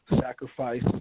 sacrifice